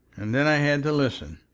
and then i had to listen,